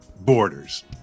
borders